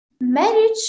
marriage